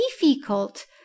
difficult